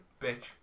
bitch